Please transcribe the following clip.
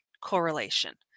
correlation